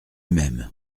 même